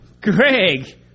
Greg